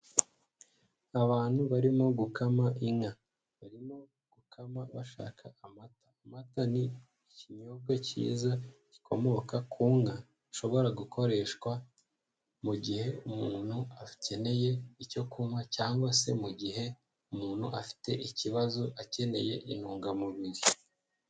Abantu barimo gukama inka barimo gukama bashaka amata. Amata ni ikinyobwa cyiza gikomoka kunka gishobora gukoreshwa mugihe umuntu akeneye icyo kunywa cyangwa se mugihe umuntu afite ikibazo akeneye intungamubiri.